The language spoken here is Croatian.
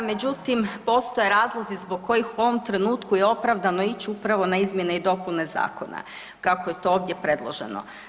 Međutim, postoje razlozi zbog kojih u ovom trenutku je opravdano ići upravo na izmjene i dopune zakona kako je to ovdje predloženo.